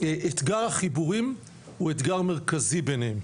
אתגר החיבורים הוא אתגר מרכזי ביניהם.